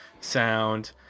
sound